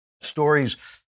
stories